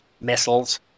missiles